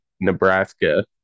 Nebraska